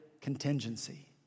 contingency